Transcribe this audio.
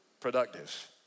productive